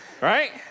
Right